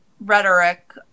rhetoric